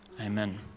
Amen